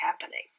happening